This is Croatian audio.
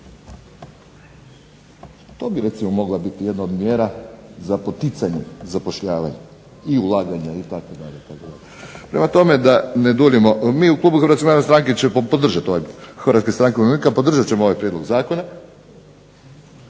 To bi recimo mogla biti jedna od mjera za poticanje zapošljavanja i ulaganja itd. Prema tome da ne duljimo, mi u klubu Hrvatske narodne stranke i Hrvatske stranke umirovljenika ćemo podržati ovaj prijedlog zakona.